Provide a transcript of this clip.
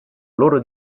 loro